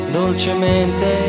dolcemente